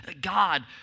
God